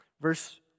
Verse